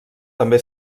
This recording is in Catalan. també